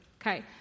Okay